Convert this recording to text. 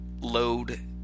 load